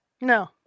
No